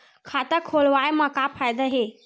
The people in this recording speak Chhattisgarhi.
खाता खोलवाए मा का फायदा हे